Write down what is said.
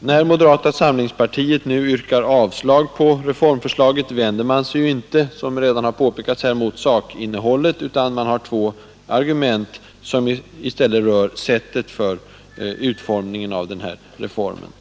När moderata samlingspartiet nu yrkar avslag på reformförslaget vänder man sig inte mot sakinnehållet, utan man har två argument som rör sättet för utarbetandet av propositionen.